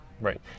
Right